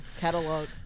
catalog